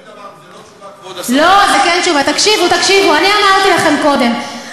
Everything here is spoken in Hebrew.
אנחנו תמיד אמרנו, זו לא תשובה, כבוד השרה.